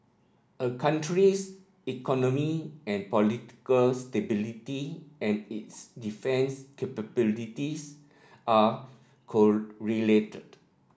a country's economy and political stability and its defence capabilities are correlated